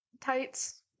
tights